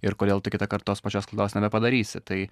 ir kodėl tu kitąkart tos pačios klaidos nebepadarysi tai